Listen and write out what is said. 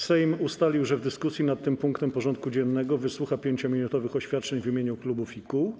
Sejm ustalił, że w dyskusji nad tym punktem porządku dziennego wysłucha 5-minutowych oświadczeń w imieniu klubów i kół.